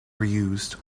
reused